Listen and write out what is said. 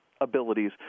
abilities